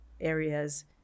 areas